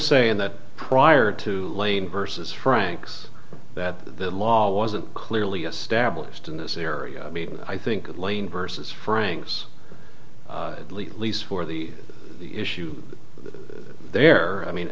saying that prior to lane versus franks that the law wasn't clearly established in this area i mean i think that lane versus franks at least for the issue there i mean